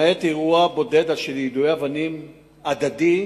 למעט אירוע בודד של יידוי אבנים הדדי,